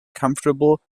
comfortable